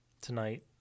tonight